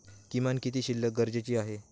किमान किती शिल्लक गरजेची आहे?